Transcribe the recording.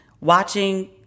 watching